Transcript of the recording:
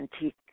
antique